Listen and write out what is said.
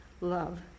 love